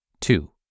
Two